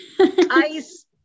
ice